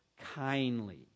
kindly